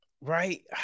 right